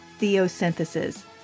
Theosynthesis